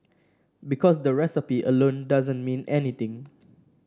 because the recipe alone doesn't mean anything